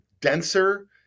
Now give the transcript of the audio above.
denser